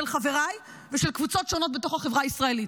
חבריי ושל קבוצות שונות בתוך החברה הישראלית.